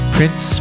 Prince